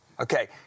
Okay